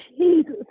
Jesus